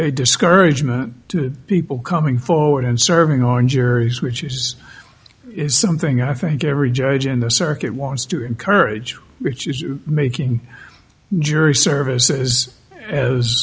a discouragement to people coming forward and serving on juries which use is something i think every judge in the circuit wants to encourage which is making jury service is as